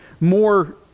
more